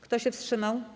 Kto się wstrzymał?